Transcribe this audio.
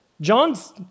John's